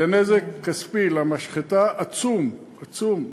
זה נזק כספי למשחטה, עצום, עצום.